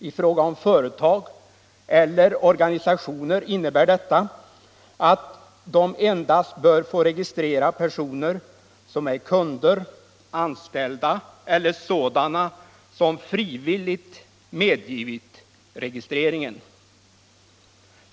I fråga om företag eller organisationer innebär detta att de endast bör få registrera personer som är kunder, anställda eller sådana som frivilligt medgivit registreringen.